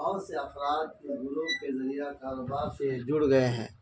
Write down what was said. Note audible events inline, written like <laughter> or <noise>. بہت سے افراد <unintelligible> کے ذریعہ کاروبار سے جڑ گئے ہیں